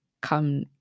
come